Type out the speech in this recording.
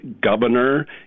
governor